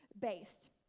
based